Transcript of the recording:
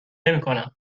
نمیکنم